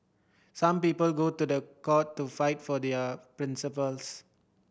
some people go to the court to fight for their principles